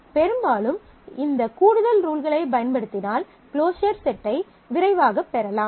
பெரும்பாலும் இந்த கூடுதல் ரூல்களைப் பயன்படுத்தினால் க்ளோஸர் செட்டை விரைவாகப் பெறலாம்